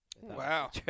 Wow